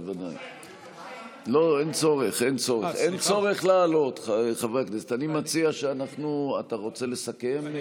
אין צורך לעלות, חברי הכנסת, אתה רוצה לסכם?